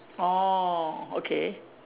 orh okay